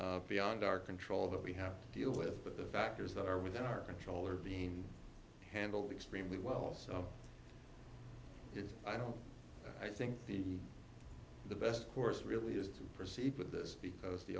factors beyond our control that we have deal with but the factors that are within our control are being handled extremely well so i don't i think the the best course really is to proceed with this because the